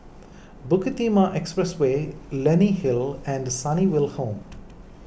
Bukit Timah Expressway Leonie Hill and Sunnyville Home